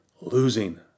losing